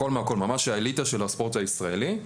הכול מהכול, ממש האליטה של הספורט הישראלי.